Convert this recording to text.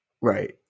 right